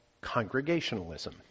Congregationalism